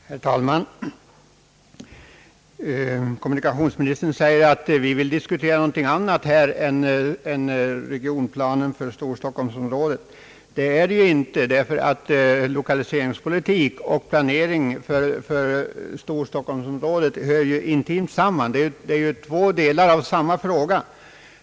Herr talman! Kommunikationsministern säger att vi vill diskutera något annat än regionplanen för storstockholmsområdet. Så är inte fallet, ty lokaliseringspolitik och planering för storstockholmsområdet hör intimt samman; det är två delar av samma fråga.